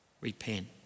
Repent